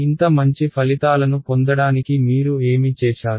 ఇంత మంచి ఫలితాలను పొందడానికి మీరు ఏమి చేశారు